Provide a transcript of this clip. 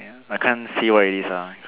ya I can't see what it is ah